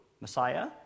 Messiah